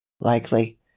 Likely